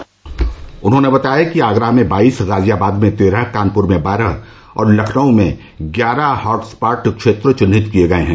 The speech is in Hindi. उन्होंने बताया कि आगरा में बाईस गाजियाबाद में तेरह कानपुर में बारह और लखनऊ में ग्यारह हॉट स्पॉट क्षेत्र चिन्हित किये गये है